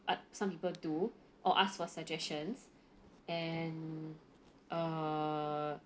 what some people do or ask for suggestions and err